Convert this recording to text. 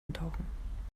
eintauchen